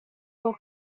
four